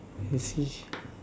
I see